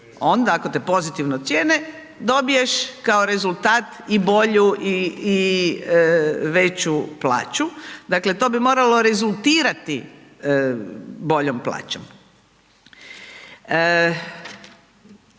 Onda ako te pozitivno ocijene dobiješ kao rezultat i bolju i veću plaću. Dakle, to bi moralo rezultirati boljom plaćom.